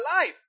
life